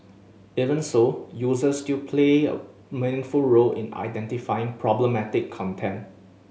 even so users still play a meaningful role in identifying problematic content